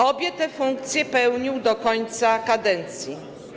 Obie te funkcje pełnił do końca kadencji.